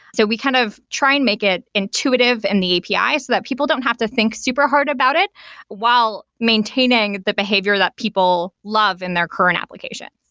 so we kind of try and make it intuitive in the api so that people don't have to think super hard about it while maintaining the behavior that people love in their current application.